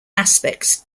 aspects